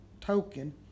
token